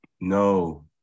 No